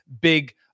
big